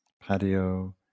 patio